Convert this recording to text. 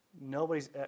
Nobody's